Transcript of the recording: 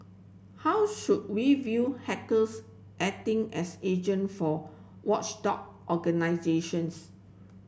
how should we view hackers acting as agent for watchdog organisations